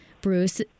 Bruce